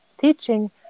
teaching